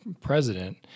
president